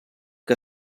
que